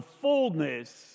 fullness